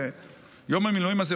יום המילואים הזה,